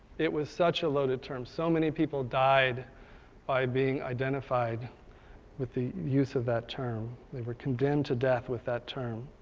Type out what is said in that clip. it was such a loaded term. so many people died by being identified with the use of that term. they were condemned to death with that term.